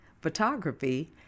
photography